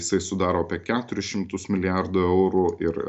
jisai sudaro apie keturis šimtus milijardų eurų ir